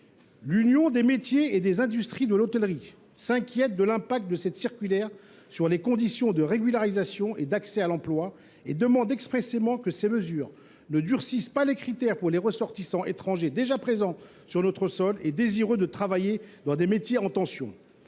L’Union des métiers et des industries de l’hôtellerie (Umih) s’inquiète de l’impact de cette circulaire sur les conditions de régularisation et d’accès à l’emploi, et demande expressément que les mesures prises ne durcissent pas les critères applicables aux ressortissants étrangers déjà présents sur notre sol et désireux de travailler dans des métiers en tension.